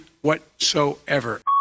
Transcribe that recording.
whatsoever